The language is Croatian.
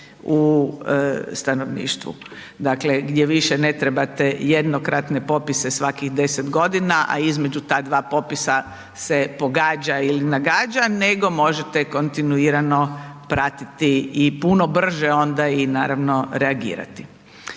u stanovništvu. Dakle, gdje više ne trebate jednokratne popise svakih 10 godina, a između ta dva popisa se pogađa ili nagađa, nego možete kontinuirano pratiti i puno brže onda i naravno, reagirati.